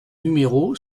numéro